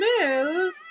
Move